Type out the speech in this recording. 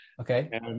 Okay